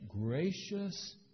gracious